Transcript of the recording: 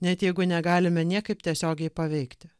net jeigu negalime niekaip tiesiogiai paveikti